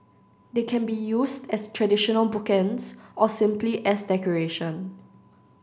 they can be used as traditional bookends or simply as decoration